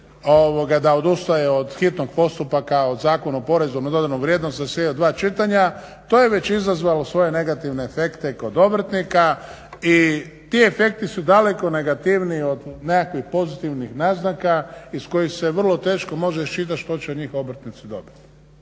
da odustaje od hitnog postupka, od Zakona o PDV-u … dva čitanja, to je već izazvalo svoje negativne efekte kod obrtnika i ti efekti su daleko negativniji od nekakvih pozitivnih naznaka iz kojih se vrlo teško može iščitat što će od njih obrtnici dobiti.